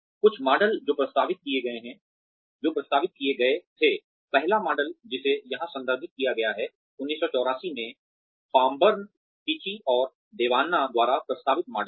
कुछ मॉडल जो प्रस्तावित किए गए थे पहला मॉडल जिसे यहां संदर्भित किया गया है 1984 में फ़ॉम्बर्न टिची और देवान्ना द्वारा प्रस्तावित मॉडल है